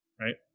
right